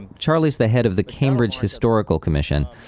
and charlie is the head of the cambridge historical commission.